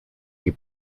you